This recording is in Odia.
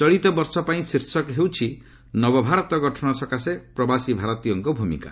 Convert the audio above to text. ଚଳିତ ବର୍ଷର ପାଇଁ ଶୀର୍ଷକ ହେଉଛି ନବଭାରତ ଗଠନ ପାଇଁ ପ୍ରବାସୀ ଭାରତୀୟଙ୍କ ଭୂମିକା